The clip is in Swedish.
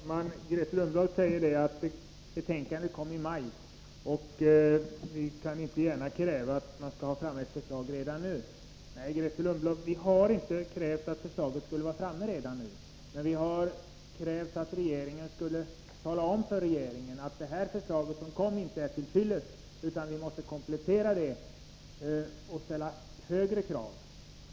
Herr talman! Grethe Lundblad säger att ett betänkande kom i maj och att vi inte gärna kan kräva att ett förslag skall vara framme redan nu. Nej, vi har inte krävt att ett förslag skulle vara framme redan nu, men vi har krävt ett uttalande till regeringen om att det förslag som kom inte är till fyllest utan att vi måste komplettera det och ställa högre krav.